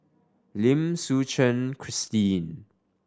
Lim Suchen Christine